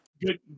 good